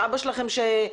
שאבא שלכם?